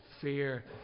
fear